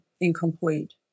incomplete